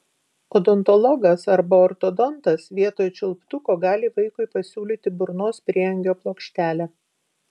odontologas arba ortodontas vietoj čiulptuko gali vaikui pasiūlyti burnos prieangio plokštelę